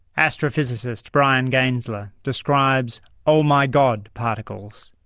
astrophysicist bryan gaensler describes oh-my-god particles,